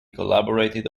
collaborated